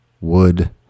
Wood